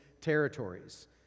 territories